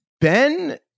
Ben